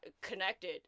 connected